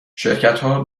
شرکتها